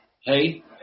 Hey